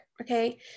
Okay